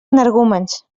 energúmens